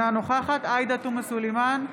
אינה נוכחת עאידה תומא סלימאן,